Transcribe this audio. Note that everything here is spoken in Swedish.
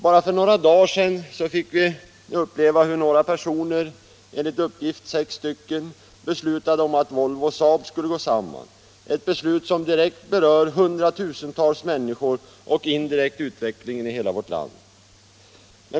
Bara för några dagar sedan fick vi uppleva hur några personer — enligt uppgift sex stycken — beslutade om att Volvo och Saab skulle gå samman, ett beslut som direkt berör 100 000-tals människor och indirekt utvecklingen i hela vårt land.